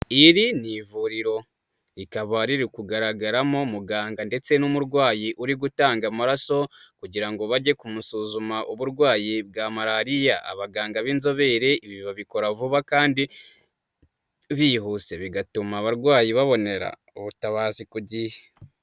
Iri ni ivuriro, rikaba riri kugaragaramo muganga ndetse n'umurwayi uri gutanga amaraso, kugira ngo bajye kumusuzuma uburwayi bwa malariya abaganga b'inzobere ibi babikora vuba kandi, bihuse bigatuma abarwayi babonera ubutabazi ku gihe.